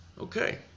Okay